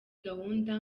gahunda